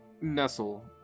Nestle